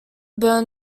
burn